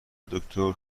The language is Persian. دکتر